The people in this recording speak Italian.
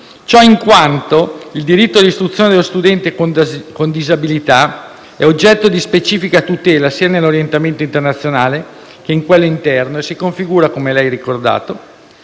ciò in quanto il diritto all'istruzione dello studente con disabilità è oggetto di specifica tutela sia nell'ordinamento internazionale che in quello interno e si configura, come lei ha ricordato,